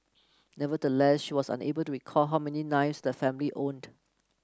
nevertheless she was unable to recall how many knives the family owned